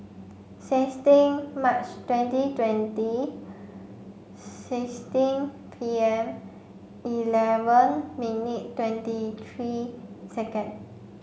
sixteen March twenty twenty sixteen P M eleven minute twenty three second